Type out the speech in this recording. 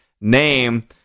name